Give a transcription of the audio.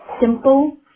simple